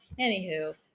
Anywho